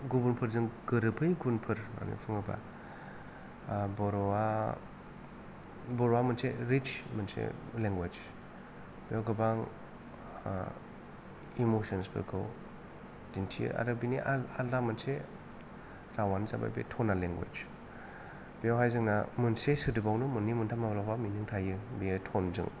गुबुनफोरजों गोरोबै गुनफोर होन्नानै बुङोबा बर'आ मोनसे रिश मोनसे लेंगुवेस बेयाव गोबां इम'सन्स फोरखौ दिन्थियो आरो बिनि आलदा मोनसे रावानो जाबाय बेयो मोनसे टनाल लेंगुवेस बेवहाय जोंना मोनसे सोदोबावनो मोन्नै मोन्थाम माब्लाबा मिनिं थायो बेयो टन जों